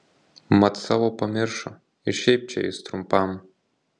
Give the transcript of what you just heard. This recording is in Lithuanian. mat savo pamiršo ir šiaip čia jis trumpam